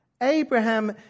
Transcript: Abraham